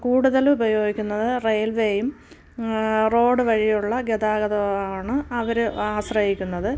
കൂടുതലും ഉപയോഗിക്കുന്നത് റെയിൽവേയും റോഡ് വഴിയുള്ള ഗതാഗതവും ആണ് അവർ ആശ്രയിക്കുന്നത്